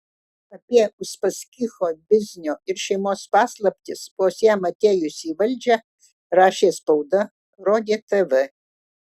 apie uspaskicho biznio ir šeimos paslaptis vos jam atėjus į valdžią rašė spauda rodė tv